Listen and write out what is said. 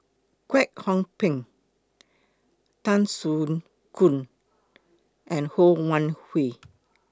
Kwek Hong Png Tan Soo Khoon and Ho Wan Hui